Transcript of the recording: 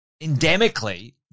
endemically